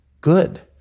good